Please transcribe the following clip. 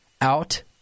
out